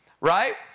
right